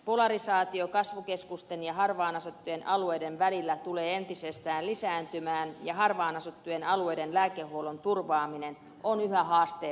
polarisaatio kasvukeskusten ja harvaanasuttujen alueiden välillä tulee entisestään lisääntymään ja harvaanasuttujen alueiden lääkehuollon turvaaminen on yhä haasteellisempaa